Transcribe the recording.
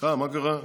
תודה רבה,